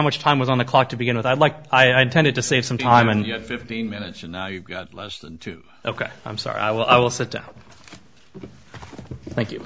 much time was on the clock to begin with i'd like i intended to save some time and get fifteen minutes and now you've got less than two ok i'm sorry i will i will sit down thank you